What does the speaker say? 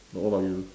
but what about you